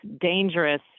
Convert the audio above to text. dangerous